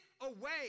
away